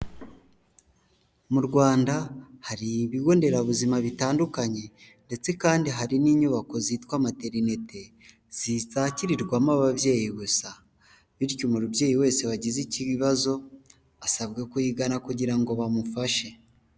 Mu Rwanda hari ibigo nderabuzima bitandukanye ndetse kandi hari n'inyubako zitwa materinete zakirwamo ababyeyi gusa bityo umubyeyi wese wagize ikibazo asabwe kuyigana kugira ngo bamufashe.